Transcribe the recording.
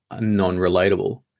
non-relatable